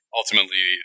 Ultimately